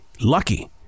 lucky